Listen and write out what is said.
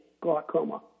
glaucoma